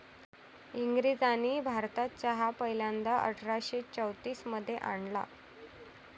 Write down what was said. इंग्रजांनी भारतात चहा पहिल्यांदा अठरा शे चौतीस मध्ये आणला